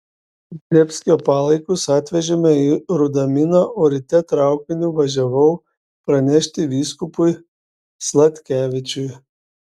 zdebskio palaikus atvežėme į rudaminą o ryte traukiniu važiavau pranešti vyskupui sladkevičiui